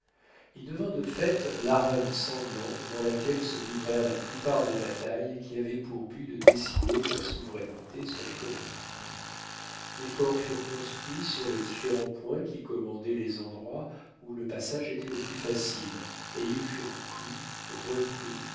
il devint de fait l'arène sanglante dans laquelle se livrèrent la plupart des batailles qui avaient pour but de décider de la souveraineté sur les colonies des forts furent construits sur les différents points qui commandaient les endroits où le passage était le plus facile et ils furent pris repris